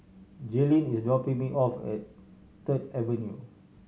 Jaelynn is dropping me off at Third Avenue